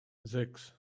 sechs